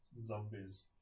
zombies